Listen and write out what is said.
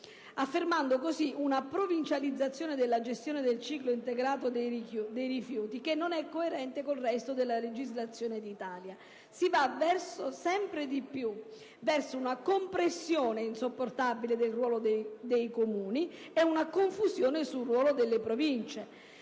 affermandosi così una provincializzazione della gestione del ciclo integrato dei rifiuti che non è coerente con il resto della legislazione d'Italia. Si va sempre più verso una compressione insopportabile del ruolo dei Comuni e una confusione rispetto al ruolo delle Province,